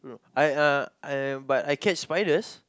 I uh I but I catch spiders